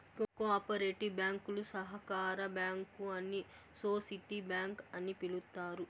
co operative బ్యాంకులు సహకార bank అని సోసిటీ బ్యాంక్ అని పిలుత్తారు